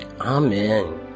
Amen